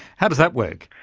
how does that work?